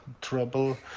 trouble